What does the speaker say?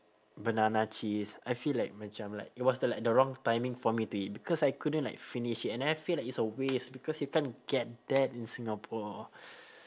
banana cheese I feel like macam like it was the like the wrong timing for me to eat because I couldn't like finish it and then I feel like it's a waste because you can't get that in singapore